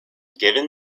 given